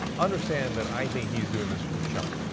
understand that i think he is doing this for the shine.